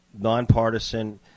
nonpartisan